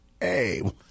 Hey